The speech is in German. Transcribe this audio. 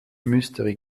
mystery